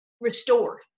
restored